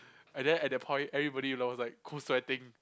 and then at that point everybody love was like cold sweating